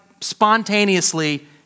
spontaneously